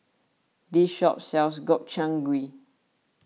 this shop sells Gobchang Gui